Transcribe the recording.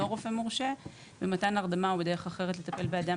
רופא מורשה במתן הרדמה או בדרך אחרת לטפל באדם,